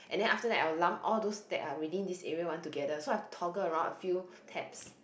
and then after that I'll lump all those that are within this area one together so I toggle around a few tabs